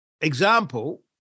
example